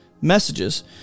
messages